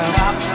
Stop